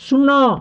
ଶୂନ